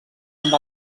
amb